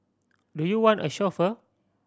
do you want a chauffeur